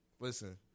Listen